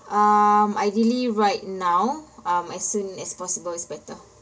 um ideally right now um as soon as possible is better